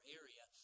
area